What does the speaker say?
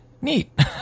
Neat